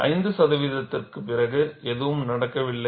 5 சதவீதத்திற்கு பிறகு எதுவும் நடக்கவில்லை